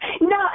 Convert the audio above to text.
No